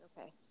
Okay